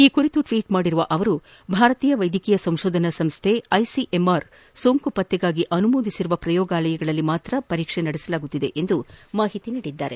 ಈ ಕುರಿತು ಟ್ವೀಟ್ ಮಾಡಿರುವ ಅವರು ಭಾರತೀಯ ವೈದ್ಯಕೀಯ ಸಂಶೋಧನಾ ಸಂಶ್ದೆ ಐಸಿಎಂಆರ್ ಸೋಂಕು ಪತ್ತೆಗಾಗಿ ಅನುಮೋದಿಸಿರುವ ಪ್ರಯೋಗಾಲಯಗಳಲ್ಲಿ ಮಾತ್ರ ಪರೀಕ್ಷೆ ನಡೆಸಲಾಗುತ್ತಿದೆ ಎಂದು ಮಾಹಿತಿ ನೀಡಿದ್ದಾರೆ